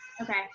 Okay